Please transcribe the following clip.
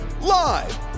live